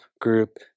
group